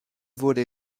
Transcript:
wurde